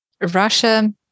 Russia